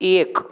एक